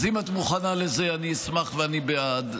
אז אם את מוכנה לזה, אני אשמח ואני בעד.